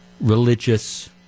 religious